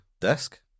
desk